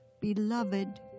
beloved